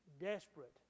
desperate